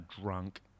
drunk